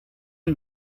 and